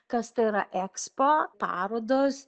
kas tai yra ekspo parodos